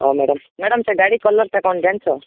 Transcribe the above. ହଁ madam madam ସେ ଗାଡ଼ି କଲର୍ କ'ଣ ଜାଣିଛ